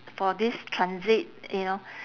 for this transit you know